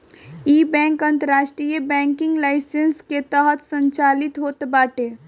इ बैंक अंतरराष्ट्रीय banking licence के तहत संचालित होत बाटे